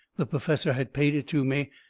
the perfessor had paid it to me.